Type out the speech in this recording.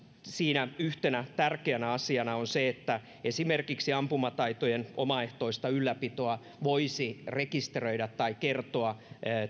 siinä yhtenä tärkeänä asiana on se että esimerkiksi ampumataitojen omaehtoista ylläpitoa voisi rekisteröidä tai kertoa